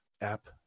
app